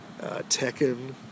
Tekken